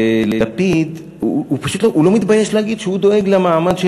ולפיד פשוט לא מתבייש להגיד שהוא דואג למעמד של